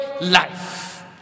life